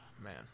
Man